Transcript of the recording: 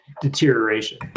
deterioration